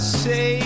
say